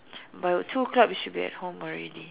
by two o-clock we should be at home already